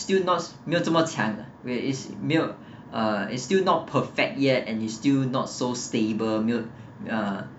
still not 没有这么强 ah where is 没有 is still not perfect yet and is still not so stable 没有 uh